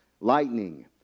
lightning